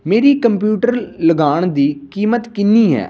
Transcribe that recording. ਮੇਰੀ ਕੰਪਿਊਟਰ ਲਗਾਉਣ ਦੀ ਕੀਮਤ ਕਿੰਨੀ ਹੈ